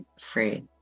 free